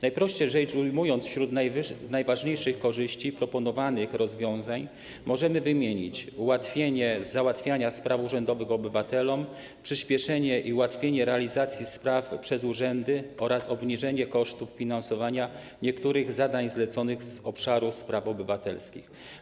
Najprościej rzecz ujmując, wśród najważniejszych korzyści proponowanych rozwiązań możemy wymienić ułatwienie załatwiania spraw urzędowych obywatelom, przyspieszenie i ułatwienie realizacji spraw przez urzędy oraz obniżenie kosztów finansowania niektórych zadań zleconych z obszaru spraw obywatelskich.